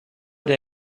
they